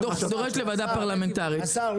שר החקלאות ופיתוח הכפר עודד פורר: --- השר,